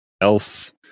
else